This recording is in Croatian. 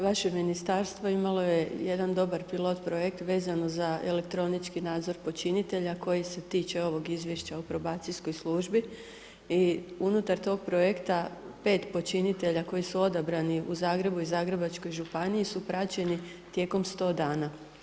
Vaše ministarstvo imalo je jedan dobar pilot-projekt vezano za elektronički nadzor počinitelja koji se tiče ovog izvješća o probacijskoj službi i unutar tog projekta 5 počinitelja koji su odabrani u Zagrebu i Zagrebačkoj županiji su praćeni tijekom 100 dana.